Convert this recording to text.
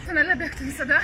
finale bėgti visada